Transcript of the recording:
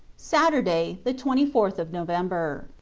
saturday, the twenty fourth of november.